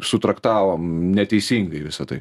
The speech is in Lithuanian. sutraktavom neteisingai visa tai